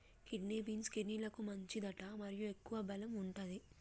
kidney beans, కిడ్నీలకు మంచిదట మరియు ఎక్కువ బలం వుంటది